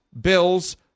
Bills